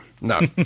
no